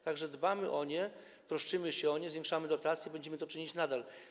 Tak że dbamy o nie, troszczymy się o nie, zwiększamy dotacje i będziemy to czynić nadal.